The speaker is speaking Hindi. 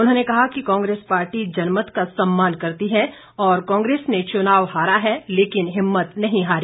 उन्होंने कहा कि कांग्रेस पार्टी जनमत का सम्मान करती है और कांग्रेस ने चुनाव हारा है लेकिन हिम्मत नहीं हारी